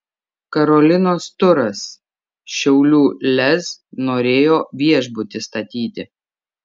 karolinos turas šiaulių lez norėjo viešbutį statyti